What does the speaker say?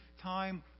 time